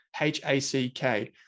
H-A-C-K